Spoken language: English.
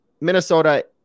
Minnesota